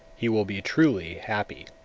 he will be truly happy.